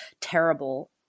terrible